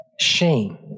Shame